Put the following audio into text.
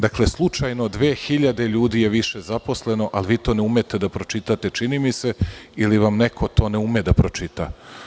Dakle, slučajno 2.000 ljudi je više zaposleno, ali vi to ne umete da pročitate čini mi se, ili vam neko to ne ume da pročita.